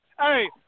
Hey